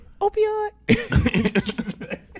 opioid